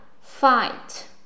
fight